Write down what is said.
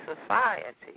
society